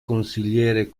consigliere